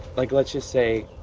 like let's just say.